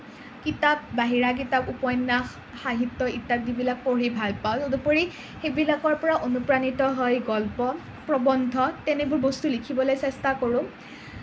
কিতাপ বাহিৰা কিতাপ উপন্যাস সাহিত্য ইত্যাদিবিলাক পঢ়ি ভাল পাওঁ তদুপৰি সেইবিলাকৰ পৰা অনুপ্ৰাণিত হৈ গল্প প্ৰৱন্ধ তেনেবোৰ বস্তু লিখিবলৈ চেষ্টা কৰোঁ